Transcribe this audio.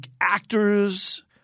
actors